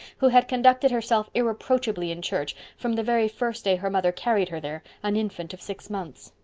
who had conducted herself irreproachably in church from the very first day her mother carried her there, an infant of six months.